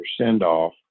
send-off